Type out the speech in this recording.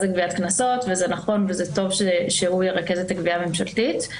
לגביית קנסות וזה נכון וזה טוב שהוא ירכז את הגביהה הממשלתית.